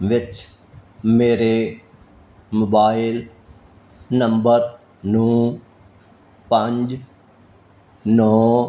ਵਿੱਚ ਮੇਰੇ mobile number ਨੂੰ ਪੰਜ ਨੌ